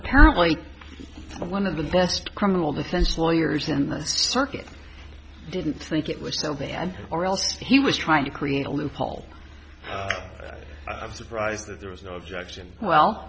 apparently one of the best criminal defense lawyers in the circuit didn't think it was so bad or else he was trying to create a loophole i'm surprised that there was no objection well